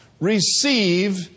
receive